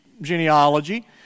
genealogy